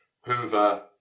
Hoover